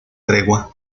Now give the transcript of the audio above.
tregua